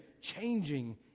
changing